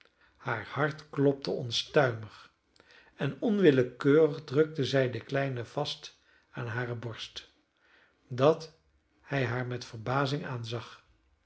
haar hart klopte onstuimig en onwillekeurig drukte zij den kleine vast aan hare borst dat hij haar met verbazing aanzag